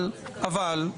אבל גם